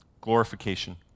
glorification